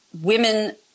women